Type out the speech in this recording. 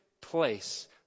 place